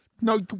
No